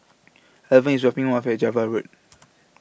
Alvan IS dropping Me off At Java Road